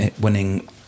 winning